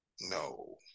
No